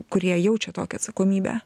kurie jaučia tokią atsakomybę